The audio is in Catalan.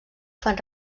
fan